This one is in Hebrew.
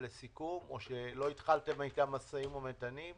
לסיכום או שלא התחלתם איתם משאים ומתנים?